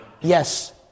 Yes